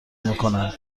میکنند